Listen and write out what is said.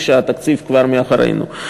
כשהתקציב כבר מאחורינו.